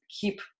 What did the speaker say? keep